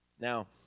Now